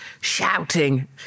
shouting